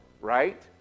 Right